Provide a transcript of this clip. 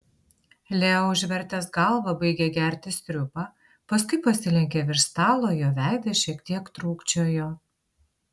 leo užvertęs galvą baigė gerti sriubą paskui pasilenkė virš stalo jo veidas šiek tiek trūkčiojo